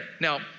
Now